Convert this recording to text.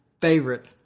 Favorite